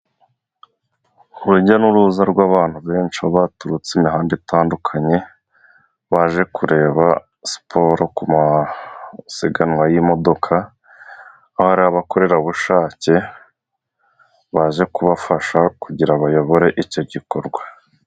Urujya n'uruza rw'abantu benshi, baturutse imihanda itandukanye, baje kureba siporo ku masiganwa y'imodoka, hari abakorerabushake baje kubafasha kugira ngo bayobore icyo gikorwa.